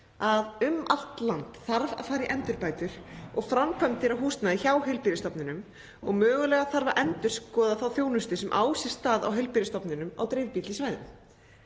að um allt land þarf að fara í endurbætur og framkvæmdir á húsnæði hjá heilbrigðisstofnunum og mögulega þarf að endurskoða þá þjónustu sem er veitt á heilbrigðisstofnunum á dreifbýlli svæðum.